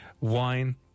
wine